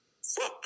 sick